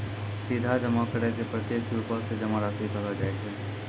सीधा जमा करै के प्रत्यक्ष रुपो से जमा राशि कहलो जाय छै